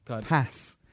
Pass